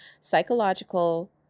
psychological